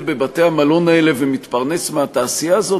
בבתי-המלון האלה ומתפרנס מהתעשייה הזאת?